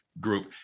group